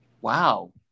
Wow